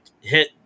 hit